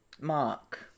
mark